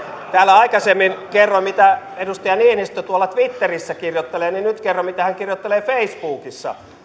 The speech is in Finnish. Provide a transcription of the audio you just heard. täällä aikaisemmin kerroin mitä edustaja niinistö tuolla twitterissä kirjoittelee niin nyt kerron mitä hän kirjoittelee facebookissa